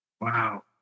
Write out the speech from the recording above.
Wow